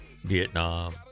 Vietnam